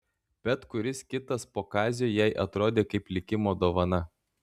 bet kuris kitas po kazio jai atrodė kaip likimo dovana